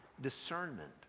discernment